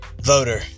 voter